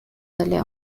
delle